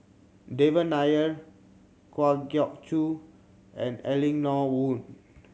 Devan Nair Kwa Geok Choo and Eleanor Wong